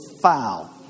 foul